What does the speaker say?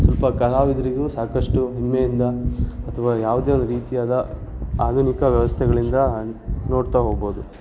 ಸ್ವಲ್ಪ ಕಲಾವಿದರಿಗೂ ಸಾಕಷ್ಟು ಹೆಮ್ಮೆಯಿಂದ ಅಥವಾ ಯಾವುದೇ ರೀತಿಯಾದ ಆಧುನಿಕ ವ್ಯವಸ್ಥೆಗಳಿಂದ ನೋಡ್ತಾ ಹೋಗ್ಬೋದು